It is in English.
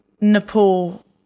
nepal